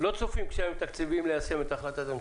תחת הדבר הזה